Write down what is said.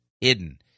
hidden